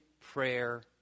prayer